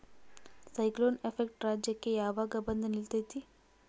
Cyclone effect ರಾಜ್ಯಕ್ಕೆ ಯಾವಾಗ ಬಂದ ನಿಲ್ಲತೈತಿ?